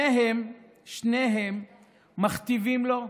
שניהם מכתיבים לו,